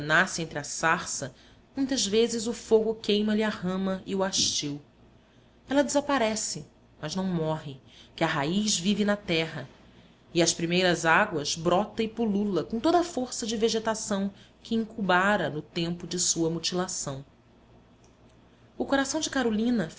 nasce entre a sarça muitas vezes o fogo queima lhe a rama e o hastil ela desaparece mas não morre que a raiz vive na terra e às primeiras águas brota e pulula com toda a força de vegetação que incubara no tempo de sua mutilação o coração de carolina